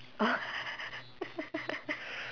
oh